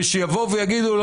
כשיבואו ויגידו לו,